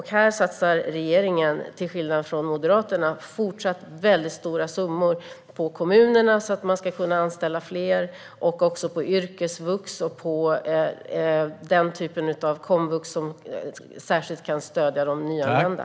Här satsar regeringen till skillnad från Moderaterna fortsatt mycket stora summor på kommunerna, så att de ska kunna anställa fler, liksom på yrkesvux och på den typen av komvux som särskilt kan stödja de nyanlända.